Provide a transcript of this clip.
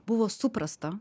buvo suprasta